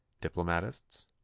diplomatists